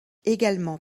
egalement